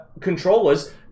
controllers